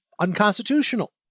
unconstitutional